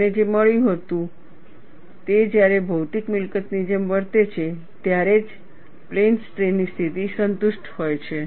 તેમને જે મળ્યું તે હતું તે જ્યારે ભૌતિક મિલકતની જેમ વર્તે છે ત્યારે જ પ્લેન સ્ટ્રેઈન ની સ્થિતિ સંતુષ્ટ હોય છે